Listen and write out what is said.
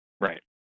right